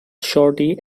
shorty